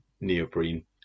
neoprene